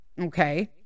Okay